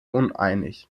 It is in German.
uneinig